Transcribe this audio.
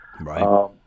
Right